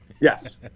Yes